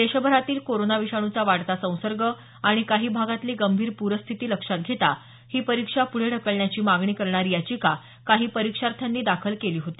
देशभरातील कोरोना विषाणूचा वाढता संसर्ग आणि काही भागातली गंभीर प्रस्थिती लक्षात घेता ही परीक्षा पूढे ढकलण्याची मागणी करणारी याचिका काही परिक्षाथ्यांनी दाखल केली होती